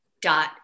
dot